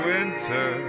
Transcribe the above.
Winter